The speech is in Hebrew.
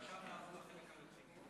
חבריי חברי הכנסת,